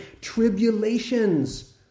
tribulations